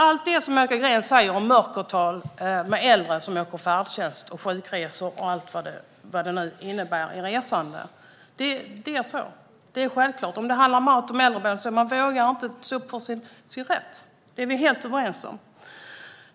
Allt det som Monica Green säger om mörkertal när det gäller äldre som åker färdtjänst, sjukresor och allt vad det nu innebär i resande är, som jag sa, självklart. Man vågar inte stå upp för sin rätt. Vi är helt överens om detta.